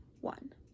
one